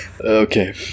okay